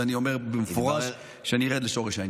ואני אומר במפורש שאני ארד לשורש העניין.